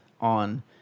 on